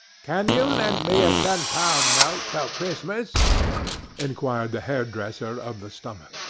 can you lend me a ten-pound note till christmas inquired the hairdresser of the stomach.